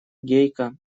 гейка